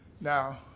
Now